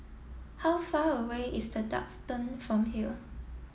how far away is The Duxton from here